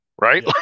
right